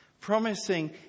Promising